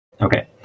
Okay